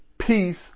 peace